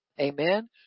Amen